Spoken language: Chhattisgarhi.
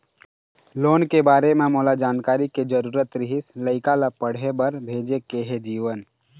लोन के बारे म मोला जानकारी के जरूरत रीहिस, लइका ला पढ़े बार भेजे के हे जीवन